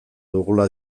dugula